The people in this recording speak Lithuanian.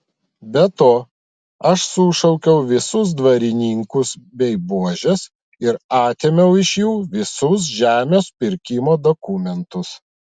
be to aš sušaukiau visus dvarininkus bei buožes ir atėmiau iš jų visus žemės pirkimo dokumentus